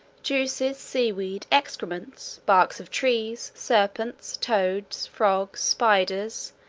juices, sea-weed, excrements, barks of trees, serpents, toads, frogs, spiders,